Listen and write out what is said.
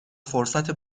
فرصت